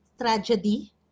tragedy